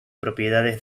propiedades